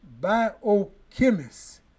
biochemist